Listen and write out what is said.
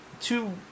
two